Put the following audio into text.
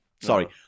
Sorry